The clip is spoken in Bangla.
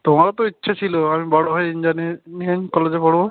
তোমারও তো ইচ্ছে ছিলো আমি বড় হয়ে ইঞ্জানিয়ারিং কলেজে পড়বো